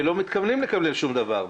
ולא מתכוונים לקבל שום דבר.